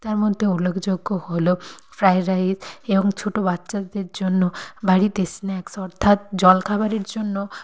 তার মধ্যে উল্লেখযোগ্য হলো ফ্রায়েড রাইস এবং ছোট বাচ্চাদের জন্য বাড়িতে স্ন্যাক্স অর্থাৎ জলখাবারের জন্য